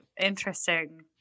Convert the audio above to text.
interesting